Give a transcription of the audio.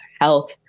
health